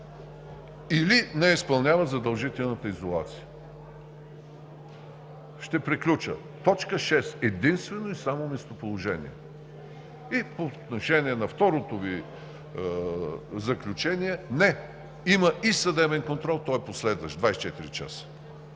или не изпълняват задължителната изолация! Ще приключа: т. 6 – единствено и само местоположение. По отношение на второто Ви заключение – не, има и съдебен контрол, той е последващ – 24 часа.